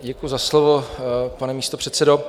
Děkuji za slovo, pane místopředsedo.